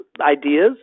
ideas